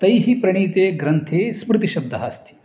तैः प्रणीते ग्रन्थे स्मृतिशब्दः अस्ति